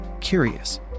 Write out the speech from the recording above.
curious